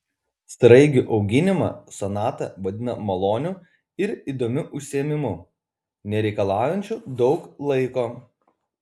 sraigių auginimą sonata vadina maloniu ir įdomiu užsiėmimu nereikalaujančiu daug laiko